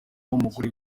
umugore